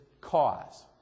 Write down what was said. cause